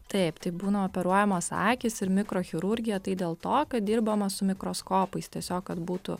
taip tai būna operuojamos akys ir mikrochirurgija tai dėl to kad dirbama su mikroskopais tiesiog kad būtų